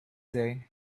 day